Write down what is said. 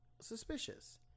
suspicious